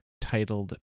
titled